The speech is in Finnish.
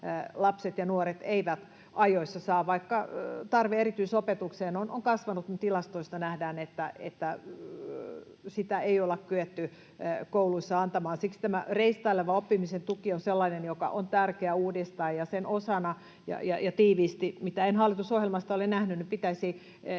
lapset ja nuoret eivät ajoissa saa, vaikka tarve erityisopetukseen on kasvanut — me tilastoista nähdään, että sitä ei olla kyetty kouluissa antamaan. Siksi tämä reistaileva oppimisen tuki on sellainen, joka on tärkeä uudistaa, ja sen osaksi — mitä en hallitusohjelmasta olen nähnyt — pitäisi tiiviisti